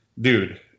dude